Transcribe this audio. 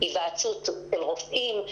היוועצות עם רופאים.